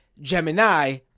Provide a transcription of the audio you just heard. Gemini